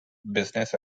business